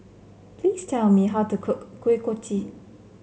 please tell me how to cook Kuih Kochi